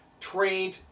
trained